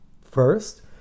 First